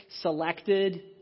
selected